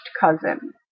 cousin